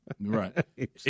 Right